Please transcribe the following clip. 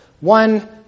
One